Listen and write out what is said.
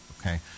okay